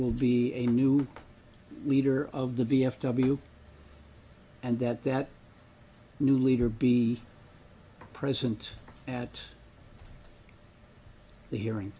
will be a new leader of the v f w and that that new leader be present at the hearing